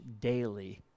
daily